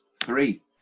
Three